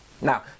Now